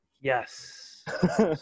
Yes